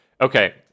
Okay